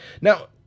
Now